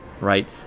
right